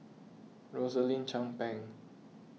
Rosaline Chan Pang